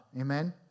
Amen